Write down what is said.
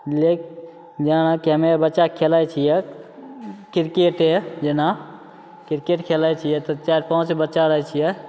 लेक जेनाकि हमे बच्चा आओर खेलै छिए किरकेटे जेना किरकेट खेलै छिए तऽ चारि पाँच बच्चा रहै छिए